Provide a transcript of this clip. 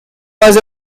was